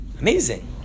Amazing